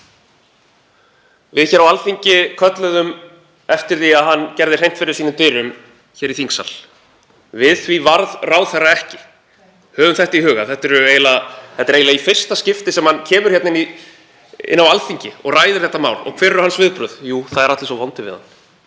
Við hér á Alþingi kölluðum eftir því að hann gerði hreint fyrir sínum dyrum hér í þingsal. Við því varð ráðherra ekki. Höfum það í huga. Þetta er eiginlega í fyrsta skipti sem hann kemur hingað inn á Alþingi og ræðir þetta mál. Og hver eru hans viðbrögð? Jú, það eru allir svo vondir við hann.